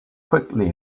quickly